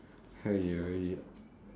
!haiyo! !haiyo!